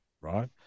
right